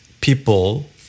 people